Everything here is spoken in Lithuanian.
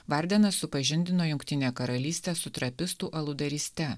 vardenas supažindino jungtinę karalystę su trapistų aludaryste